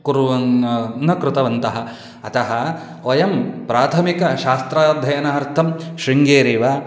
कुर्वन् न कृतवन्तः अतः वयं प्राथमिक शास्त्राध्ययनार्थं शृङ्गेरी वा